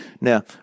Now